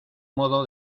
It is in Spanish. modo